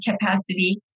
capacity